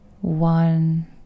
one